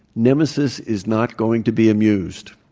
nemesis is not going to be amused